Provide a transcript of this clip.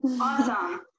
Awesome